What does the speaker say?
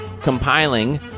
compiling